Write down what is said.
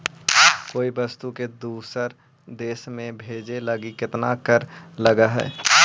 कोई वस्तु के दूसर देश में भेजे लगी केतना कर लगऽ हइ?